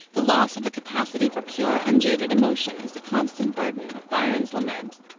the loss of a capacity for pure, unjaded emotion is the constant burden of byron's lament.